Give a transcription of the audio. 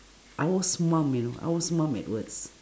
I was mum you know I was mum at words